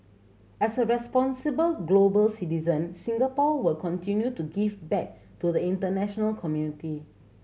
as a responsible global citizen Singapore will continue to give back to the international community